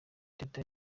teta